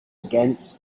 against